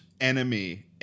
enemy